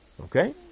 Okay